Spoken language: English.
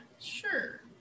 sure